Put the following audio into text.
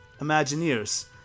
Imagineers